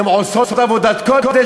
הן עושות עבודת קודש.